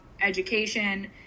education